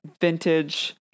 vintage